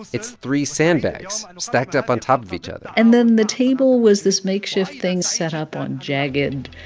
it's three sandbags stacked up on top of each other and then the table was this makeshift thing set up on jagged,